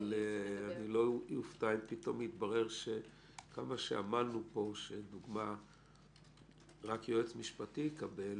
אבל אני לא אופתע אם פתאום יתברר שכמה שעמלנו פה שרק יועץ משפטי יקבל,